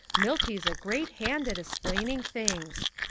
milty's a great hand at esplaining things.